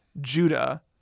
Judah